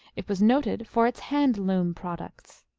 it was noted for its hand-loom products.